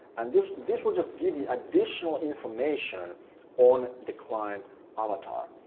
and this this will just give you additional information on the client avatar.